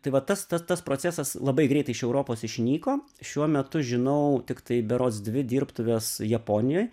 tai va tas tas tas procesas labai greitai iš europos išnyko šiuo metu žinau tiktai berods dvi dirbtuves japonijoj